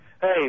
Hey